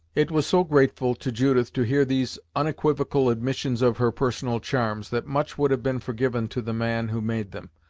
it was so grateful to judith to hear these unequivocal admissions of her personal charms, that much would have been forgiven to the man who made them,